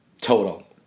total